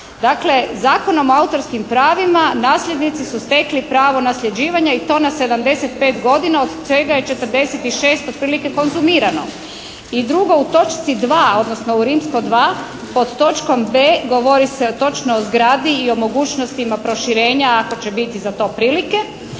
Dakle, Zakonom o autorskim pravima nasljednici su stekli pravo nasljeđivanja i to na 75 godina, od čega je 46 otprilike konzumirano. I drugo, u točci 2., odnosno II, pod točkom B, govori se točno o zgradi i o mogućnostima proširenja ako će biti za to prilike.